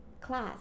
class